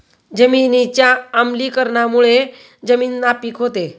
जमिनीच्या आम्लीकरणामुळे जमीन नापीक होते